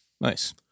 Nice